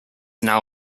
now